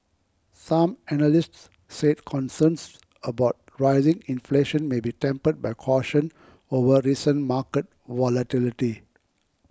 some analysts said concerns about rising inflation may be tempered by caution over recent market volatility